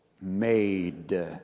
made